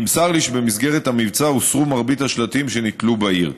נמסר לי שבמסגרת המבצע הוסרו מרבית השלטים שנתלו בעיר.